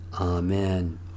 Amen